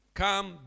come